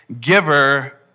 giver